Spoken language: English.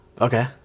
Okay